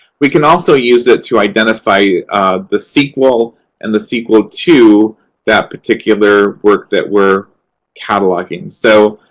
we can also use it to identify the sequel and the sequel to that particular work that we're cataloging. so,